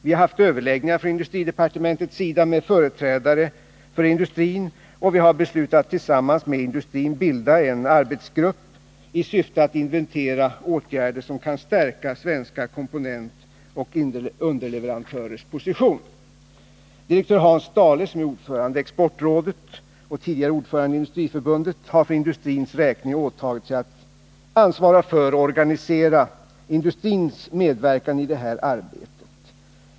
Vi har från industridepartementets sida haft överläggningar med företrädare för industrin, och vi har beslutat att tillsammans bilda en arbetsgrupp som skall inventera åtgärder som kan stärka svenska komponenttillverkares och underleverantörers position. Direktör Hans Stahle, som är ordförande i Exportrådet och tidigare ordförande i Industriförbundet, har för industrins räkning åtagit sig att ansvara för och organisera industrins medverkan i detta arbete.